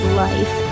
life